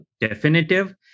definitive